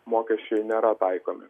mokesčiai nėra taikomi